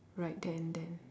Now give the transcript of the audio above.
right then then